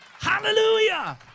Hallelujah